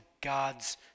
God's